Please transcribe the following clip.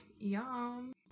Yum